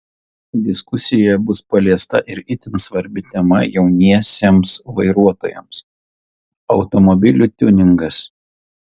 diskusijoje bus paliesta ir itin svarbi tema jauniesiems vairuotojams automobilių tiuningas